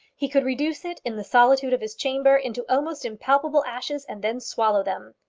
he could reduce it, in the solitude of his chamber, into almost impalpable ashes, and then swallow them.